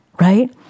right